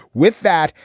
with that,